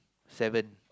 seven